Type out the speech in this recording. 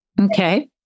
Okay